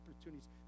opportunities